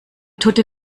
tote